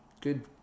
good